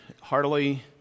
heartily